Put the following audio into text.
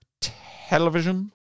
television